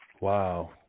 Wow